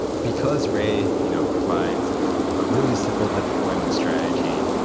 because ray you know provides a really simple deployment strategy,